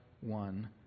one